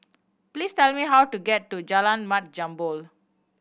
please tell me how to get to Jalan Mat Jambol